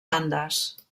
andes